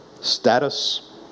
status